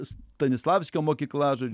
stanislavskio mokykla žodžiu tas